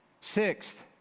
Sixth